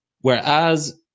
Whereas